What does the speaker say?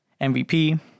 MVP